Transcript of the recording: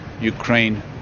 Ukraine